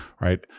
Right